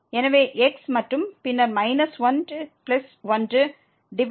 எனவே x மற்றும் பின்னர் minus 1 plus 1 divided by x 1